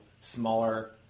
smaller